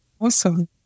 awesome